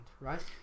right